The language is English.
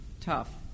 tough